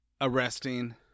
arresting